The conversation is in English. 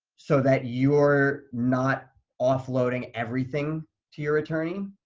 so that you're not offloading everything to your attorney.